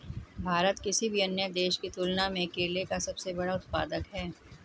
भारत किसी भी अन्य देश की तुलना में केले का सबसे बड़ा उत्पादक है